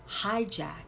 hijack